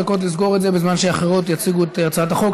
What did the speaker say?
יש לכם כמה דקות לסגור את זה בזמן שאחרות יציגו את הצעת החוק.